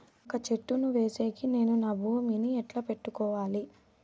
వక్క చెట్టును వేసేకి నేను నా భూమి ని ఎట్లా పెట్టుకోవాలి?